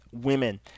women